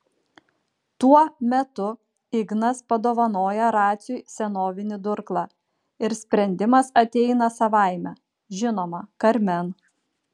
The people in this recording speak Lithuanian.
tuo metu ignas padovanoja raciui senovinį durklą ir sprendimas ateina savaime žinoma karmen